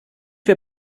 wir